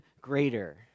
greater